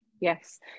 Yes